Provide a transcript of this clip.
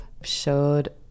showed